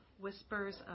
whispers